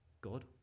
god